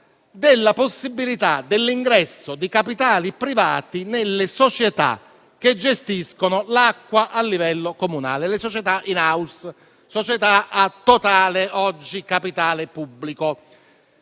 della possibilità dell'ingresso di capitali privati nelle società che gestiscono l'acqua a livello comunale: le società *in house,* oggi a totale capitale pubblico.